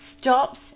stops